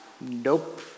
Nope